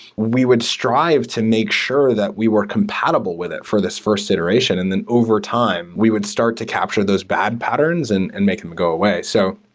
we would strive to make sure that we were compatible with it for this first iteration. and then overtime, we would start to capture those bad patterns and and make them go away. so,